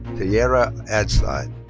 teyerra adside.